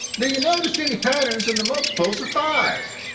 do you notice any patterns in the multiples of five?